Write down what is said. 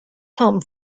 come